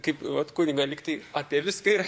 kaip vat kunigą lygtai apie viską ir